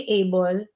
able